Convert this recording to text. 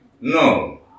No